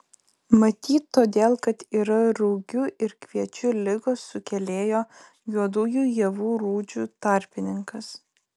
matyt todėl kad yra rugių ir kviečių ligos sukėlėjo juodųjų javų rūdžių tarpininkas